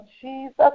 Jesus